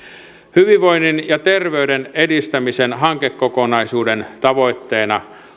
hyvinvoinnin ja terveyden edistämisen hankekokonaisuuden tavoitteena